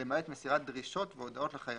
למעט מסירת דרישות והודעות לחייבים,